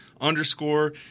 underscore